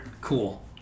cool